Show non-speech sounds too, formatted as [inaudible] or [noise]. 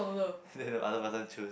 [breath] then the other person choose